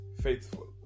faithful